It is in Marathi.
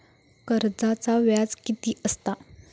कर्जाचा व्याज कीती असता?